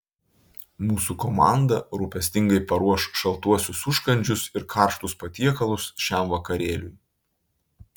mūsų komanda rūpestingai paruoš šaltuosius užkandžius ir karštus patiekalus šiam vakarėliui